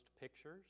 pictures